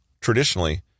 Traditionally